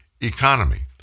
economy